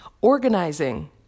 Organizing